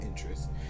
interest